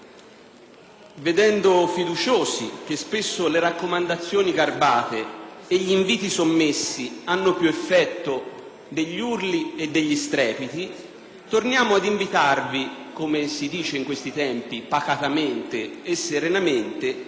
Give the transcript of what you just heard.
vedendo fiduciosi che spesso le raccomandazioni garbate e gli inviti sommessi hanno più effetto degli urli e degli strepiti, torniamo ad invitarvi, come si dice in questi tempi, pacatamente e serenamente